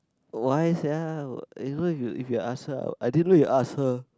why sia if you if you ask her I didn't know you ask her